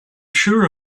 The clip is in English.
sure